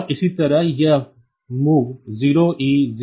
और इसी तरह यह MOV 0e000 h है